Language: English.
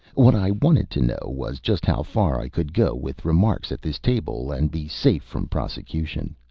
what i wanted to know was just how far i could go with remarks at this table and be safe from prosecution.